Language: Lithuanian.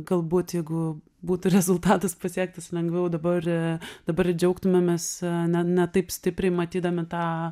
galbūt jeigu būtų rezultatas pasiektas lengviau dabar dabar džiaugtumėmės ne ne taip stipriai matydami tą